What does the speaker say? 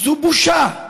זו בושה.